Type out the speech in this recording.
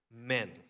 men